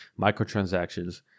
microtransactions